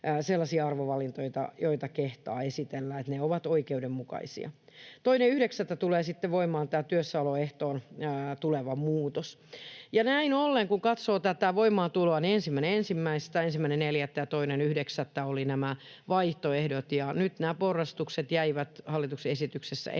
sellaisia arvovalintoja, joita kehtaa esitellä, että ne ovat oikeudenmukaisia. 2.9. tulee sitten voimaan tämä työssäoloehtoon tuleva muutos. Näin ollen, kun katsoo tätä voimaantuloa, niin 1.1., 1.4. ja 2.9. olivat nämä vaihtoehdot, ja nyt nämä porrastukset jäivät hallituksen esityksessä ennalleen,